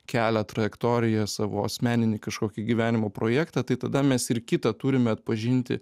kelią trajektoriją savo asmeninį kažkokį gyvenimo projektą tai tada mes ir kitą turime atpažinti